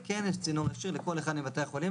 זה אחרת אלא אם מישהו אחרי כן מחזיר לנו את הכסף.